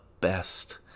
best